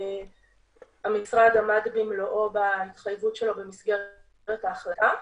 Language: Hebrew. והמשרד עמד במלואו בהתחייבות שלו במסגרת ההחלטה.